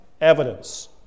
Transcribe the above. Evidence